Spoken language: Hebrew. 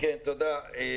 דובר כאן